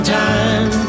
time